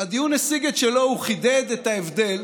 הדיון השיג את שלו, הוא חידד את ההבדל